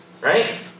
right